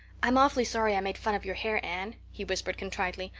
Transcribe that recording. i'm awfully sorry i made fun of your hair, anne, he whispered contritely.